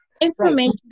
Information